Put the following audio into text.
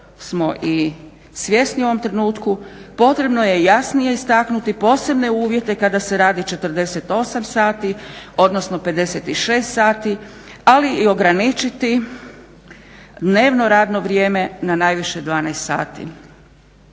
smo i svjesni u ovom trenutku potrebno je jasnije istaknuti posebne uvjete kada se radi 48 sati, odnosno 56 sati ali i ograničiti dnevno radno vrijeme na najviše 12 sati.